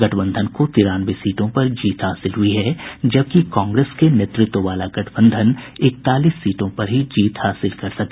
गठबंधन को तिरानवे सीटों पर जीत हासिल हुई है जबकि कांग्रेस के नेतृत्व वाला गठबंधन इकतालीस सीटों पर ही जीत हासिल कर सका